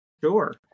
Sure